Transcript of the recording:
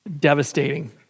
devastating